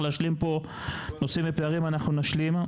להשלים פה נושאים ופערים אנחנו נשלים.